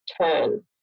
turn